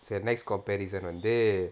so next comparison வந்து:vanthu